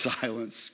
silence